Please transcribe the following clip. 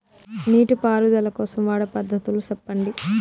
నీటి పారుదల కోసం వాడే పద్ధతులు సెప్పండి?